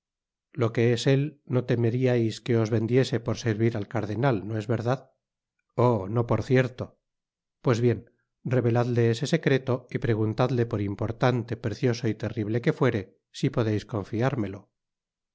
lo que es él no temeriais que os vendiese por servir al cardenal no es verdad oh no por cierto pues bien reveladle ese secreto y preguntadle por importante precioso y terrible que fuere si podeis confiármelo